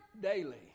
daily